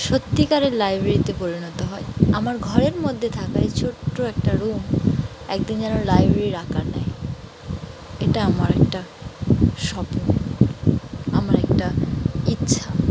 সত্যিকারের লাইব্রেরিতে পরিণত হয় আমার ঘরের মধ্যে থাকায় ছোট্ট একটা রুম একদিন যেন লাইব্রেরি আকার নেয় এটা আমার একটা স্বপ্ন আমার একটা ইচ্ছা